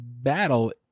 battle